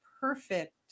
perfect